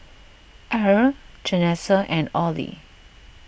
Irl Janessa and Orley